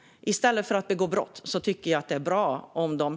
Jag tycker att det är bra att de arbetar i stället för att begå brott.